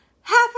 half